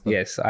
Yes